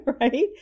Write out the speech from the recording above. right